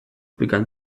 begann